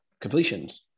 completions